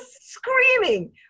screaming